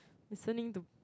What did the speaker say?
listening to